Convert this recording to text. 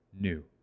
new